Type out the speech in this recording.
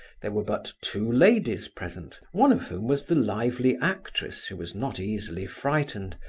there were but two ladies present one of whom was the lively actress, who was not easily frightened,